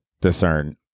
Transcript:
discern